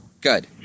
Good